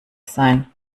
sein